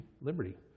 Liberty